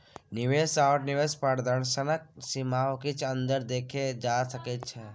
निवेश आओर निवेश प्रदर्शनक सीमामे किछु अन्तर देखल जा सकैत छै